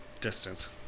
distance